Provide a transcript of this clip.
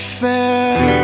fair